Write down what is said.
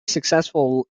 successful